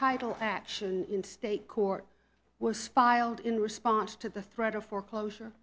title action in state court was filed in response to the threat of foreclosure